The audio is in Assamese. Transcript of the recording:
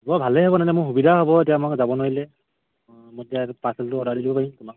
অঁ ভালেই হ'ব তেন্তে মোৰ সুবিধা হ'ব এতিয়া মই যাব নোৱাৰিলে মই তেতিয়া এইটো পাৰ্চেলটো অৰ্ডাৰ দিব পাৰিম তোমাক